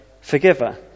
forgiver